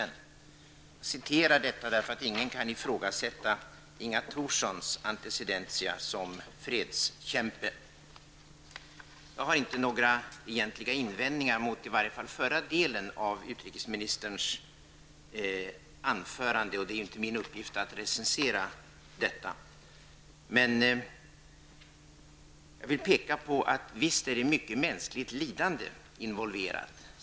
Jag citerar detta eftersom ingen kan ifrågasätta Jag har inte några egentliga invändningar mot i varje fall förra delen av utrikesministerns anförande. Det är inte min uppgift att recensera detta. Men jag vill påpeka att visst är mycket mänskligt lidande involverat.